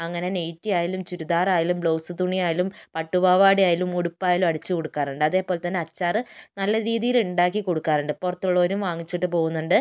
അങ്ങനെ നൈറ്റി ആയാലും ചുരിദാർ ആയാലും ബ്ലൗസ് തുണി ആയാലും പട്ടുപാവാട ആയാലും ഉടുപ്പായാലും അടിച്ചു കൊടുക്കാറുണ്ട് അതേപോലെത്തന്നെ അച്ചാറ് നല്ല രീതിയിൽ ഉണ്ടാക്കി കൊടുക്കാറുണ്ട് പുറത്തുള്ളവരും വാങ്ങിച്ചു കൊണ്ട് പോകുന്നുണ്ട്